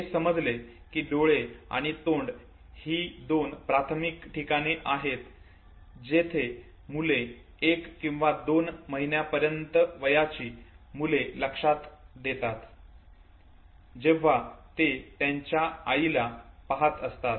हे समजले की डोळे आणि तोंड ही दोन प्राथमिक ठिकाणे आहेत जेथे मुले एक ते दोन दोन महिन्यांपर्यंत वयाची मुले लक्ष देतात जेव्हा ते त्यांच्या आईला पाहात असतात